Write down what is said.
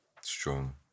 Strong